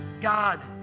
God